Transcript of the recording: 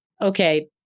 okay